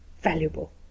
Valuable